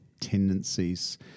tendencies